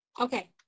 Okay